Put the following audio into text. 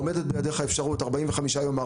עומדת בידיך האפשרות לערר תוך 45 יום.